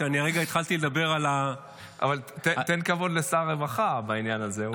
הרגע התחלתי לדבר על --- תן כבוד לשר הרווחה בעניין הזה,